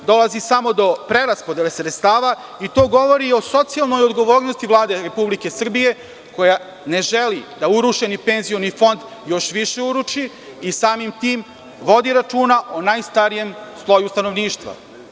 Dolazi samo do preraspodele sredstava i to govori o socijalnoj odgovornosti Vlade RS koja ne želi da urušeni penzioni fond još više uruši i samim tim vodi računa o najstarijem sloju stanovništva.